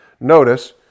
Notice